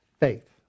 Faith